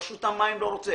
רשות המים לא רוצה,